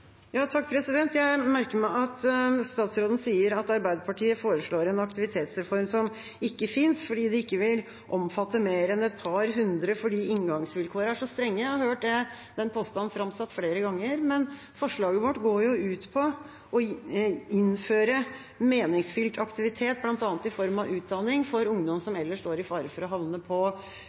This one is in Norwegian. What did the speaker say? Jeg merker meg at statsråden sier at Arbeiderpartiet foreslår en aktivitetsreform som ikke finnes, fordi den ikke vil omfatte mer enn et par hundre fordi inngangsvilkårene er så strenge. Jeg har hørt den påstanden framsatt flere ganger, men forslaget vårt går jo ut på å innføre meningsfylt aktivitet, bl.a. i form av utdanning, for ungdom som ellers står i fare for å havne på